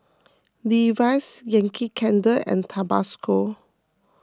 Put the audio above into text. Levi's Yankee Candle and Tabasco